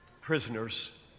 prisoners